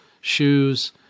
shoes